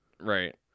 Right